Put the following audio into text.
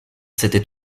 s’était